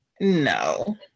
No